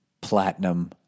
platinum